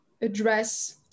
address